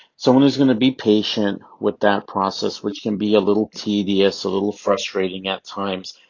someone who's going to be patient with that process, which can be a little tedious, a little frustrating at times.